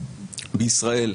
בישראל,